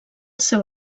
seu